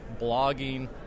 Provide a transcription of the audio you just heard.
blogging